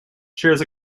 shares